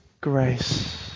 grace